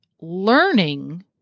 learning